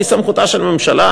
היא סמכותה של הממשלה,